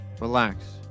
Relax